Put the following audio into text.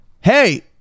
Hey